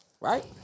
Right